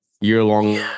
year-long